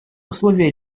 условия